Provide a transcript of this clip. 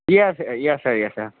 yes yes sir yes sir